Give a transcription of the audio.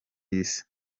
isi